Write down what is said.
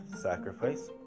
sacrifice